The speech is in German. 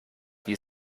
wie